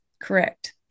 Correct